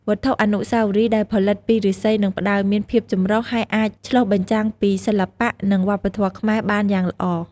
វត្ថុអនុស្សាវរីយ៍ដែលផលិតពីឫស្សី និងផ្តៅមានភាពចម្រុះ ហើយអាចឆ្លុះបញ្ចាំងពីសិល្បៈ និងវប្បធម៌ខ្មែរបានយ៉ាងល្អ។